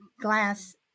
glass